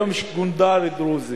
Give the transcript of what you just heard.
היום יש גונדר דרוזי,